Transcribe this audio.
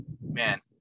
man